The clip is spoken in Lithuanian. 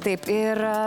taip ir